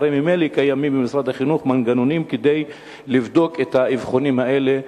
הרי ממילא קיימים במשרד החינוך מנגנונים כדי לבדוק את האבחונים האלה,